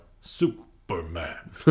Superman